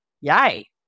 yay